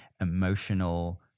emotional